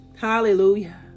Hallelujah